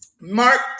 Mark